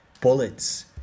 bullets